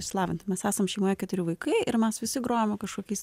išlavinti mes esam šeimoje keturi vaikai ir mes visi grojom kažkokiais